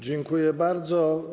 Dziękuję bardzo.